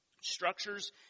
structures